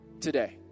today